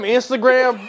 Instagram